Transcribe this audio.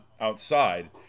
outside